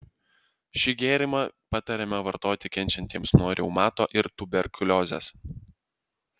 šį gėrimą patariama vartoti kenčiantiesiems nuo reumato ir tuberkuliozės